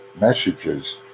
messages